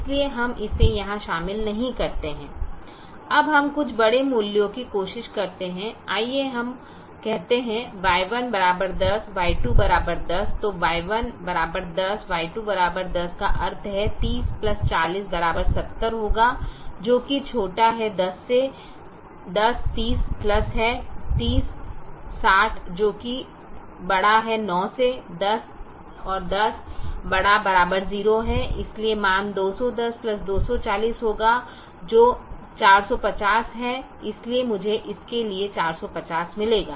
इसलिए हम इसे यहां शामिल नहीं करते हैं अब हम कुछ बड़े मूल्यों की कोशिश करते हैं आइए हम कहते हैं Y1 10 Y2 10 तो Y1 10 Y2 10 का अर्थ 30 40 70 होगा जो कि 10 30 प्लस है 30 60 जो कि 9 1010 ≥ 0 है इसलिए मान 210 240 होगा जो 450 है इसलिए मुझे इसके लिए 450 मिलेगा